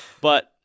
But-